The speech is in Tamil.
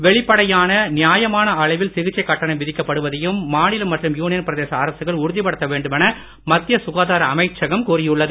வெளிப்படையான நியாயமான அளவில் சிகிச்சை கட்டணம் விதிக்கப் படுவதையும் மாநில மற்றும் யூனியன் பிரதேச அரசுகள் உறுதிப்படுத்த வேண்டுமென மத்திய சுகாதார அமைச்சகம் கூறியுள்ளது